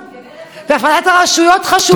והפרדת הרשויות חשובה לנו.